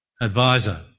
advisor